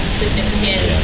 significant